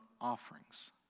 offerings